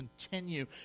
continue